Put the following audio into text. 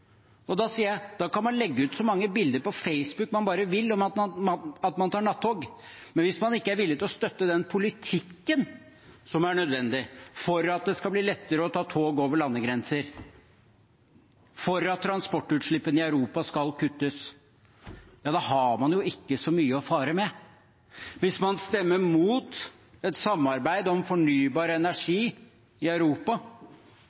Da vil jeg si at man kan legge ut så mange bilder på Facebook man bare vil av at man tar nattog, men hvis man ikke er villig til å støtte den politikken som er nødvendig for at det skal bli lettere å ta tog over landegrenser, og for at transportutslippene i Europa skal kuttes, da har man ikke så mye å fare med. Hvis man stemmer imot et samarbeid om fornybar